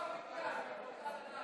תקציב, זה חוק להעלאת המודעות, וכולנו,